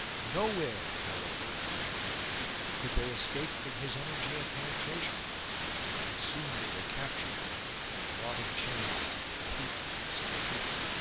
no where however under heaven could they escape from his energy and penetration and soon they were captured and brought in chains to the cathedral of st peter.